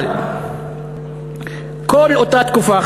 אבל כל אותה תקופה,